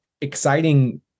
exciting